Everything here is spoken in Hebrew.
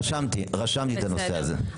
רשמתי את הנושא הזה.